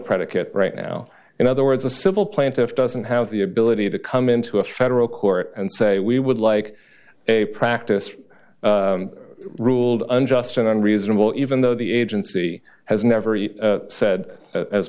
right now in other words a civil plaintiff doesn't have the ability to come into a federal court and say we would like a practice ruled unjust on reasonable even though the agency has never eat said a